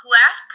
Class